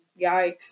Yikes